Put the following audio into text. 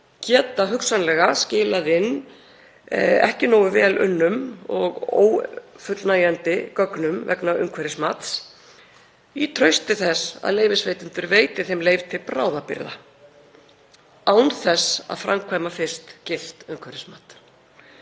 mæli geta skilað inn illa unnum og ófullnægjandi gögnum vegna umhverfismats í trausti þess að leyfisveitendur veiti þeim leyfi til bráðabirgða án þess að framkvæma fyrst gilt umhverfismat.